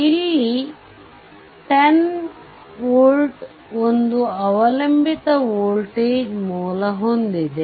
ಇಲ್ಲಿ 10v ಒಂದು ಅವಲಂಬಿತ ವೋಲ್ಟೇಜ್ ಮೂಲ ಹೊಂದಿದೆ